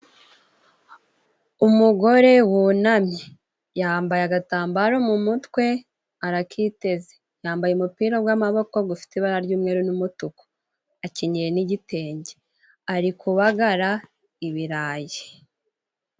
Umugore wunamye yambaye agatambaro mu mutwe arakiteze, yambaye umupira w'amaboko ufite ibara ry'umweru n'umutuku akenyeye n'igitenge, ari kubagara ibirayi.